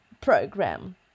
program